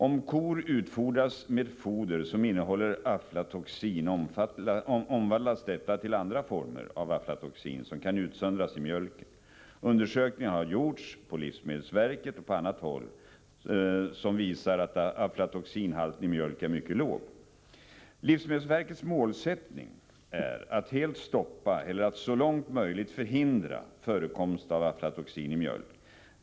Om kor utfodras med foder som innehåller aflatoxin, omvandlas detta till andra former av aflatoxin som kan utsöndras i mjölken. Undersökningar som gjorts på livsmedelsverket och på annat håll visar att aflatoxinhalten i mjölk är mycket låg. Livsmedelsverkets målsättning är att helt stoppa eller att så långt möjligt förhindra förekomst av aflatoxin i mjölk.